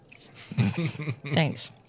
Thanks